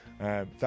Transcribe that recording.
thank